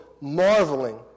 marveling